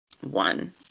one